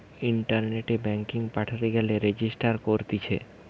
ইন্টারনেটে ব্যাঙ্কিং পাঠাতে গেলে রেজিস্টার করতিছে